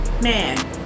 man